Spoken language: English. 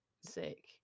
sick